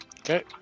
Okay